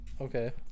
Okay